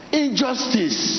injustice